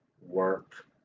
work